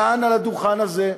כאן על הדוכן הזה.